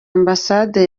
ambasade